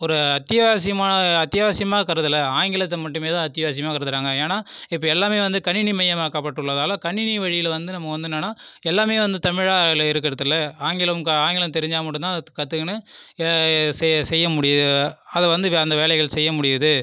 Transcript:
ஒரு அத்தியாவசியமான அத்தியாவசியமா கருதல ஆங்கிலத்தை மட்டுமே தான் அத்தியாவசியமாக கருதறாங்க ஏன்னா இப்போ எல்லாமே வந்து கணினி மயமாக்கப்பட்டுள்ளதால் கணினி வழியில் வந்து நம்ம வந்து என்னானா எல்லாமே வந்து தமிழாக அதில் இருக்குறதில்லை ஆங்கிலம் ஆங்கிலம் தெரிஞ்சால் மட்டும் தான் அதை கற்றுக்குனு ஆ செ செய்ய முடியுது அதை வந்து அந்த வேலைகள் செய்ய முடியுது